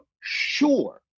sure